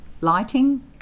lighting